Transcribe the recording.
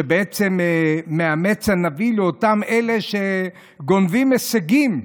שבעצם מאמץ הנביא לאותם אלה שגונבים הישגים,